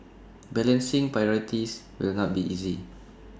balancing priorities will not be easy